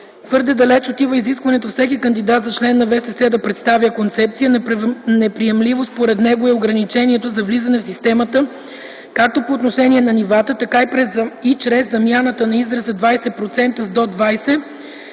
твърде далеч отива изискването всеки кандидат за член на ВСС да представя концепция; неприемливо, според него, е ограничението за влизане в системата, както по отношение на нивата, така и чрез замяната на израза „20%” с „до 20%”